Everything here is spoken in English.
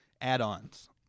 add-ons